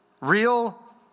real